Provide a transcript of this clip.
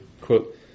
quote